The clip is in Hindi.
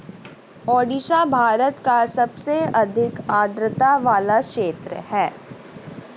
ओडिशा भारत का सबसे अधिक आद्रता वाला क्षेत्र है